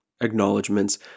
Acknowledgements